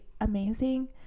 amazing